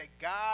God